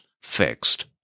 fixed